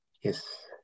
yes